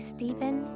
Stephen